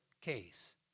case